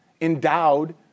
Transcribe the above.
endowed